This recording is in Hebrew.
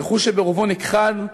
רכוש שברובו נכחד,